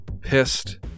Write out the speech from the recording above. pissed